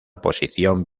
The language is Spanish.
posición